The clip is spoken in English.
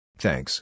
thanks